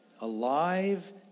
Alive